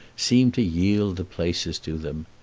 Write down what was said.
seem to yield the places to them.